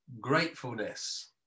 gratefulness